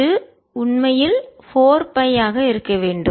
இது உண்மையில் 4 பை ஆக இருக்க வேண்டும்